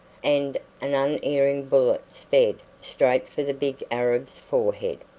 and an unerring bullet sped straight for the big arab's forehead.